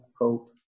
hope